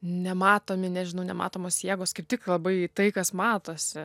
nematomi nežinau nematomos jėgos kaip tik labai tai kas matosi